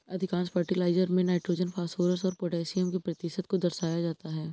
अधिकांश फर्टिलाइजर में nitrogen, phosphorus और पौटेशियम के प्रतिशत को दर्शाया जाता है